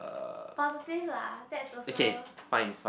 positive lah that's also